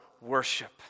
worship